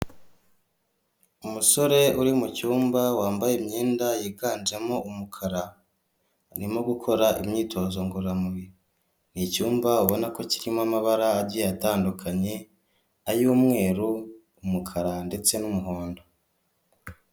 Umusore uri mu cyumba wambaye imyenda yiganjemo umukara, arimo gukora imyitozo ngororamubiri, ni icyumba ubona ko kirimo amabara agiye atandukanye, ay'umweru umukara ndetse n'umuhondo.